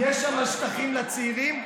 יש שם שטחים לצעירים.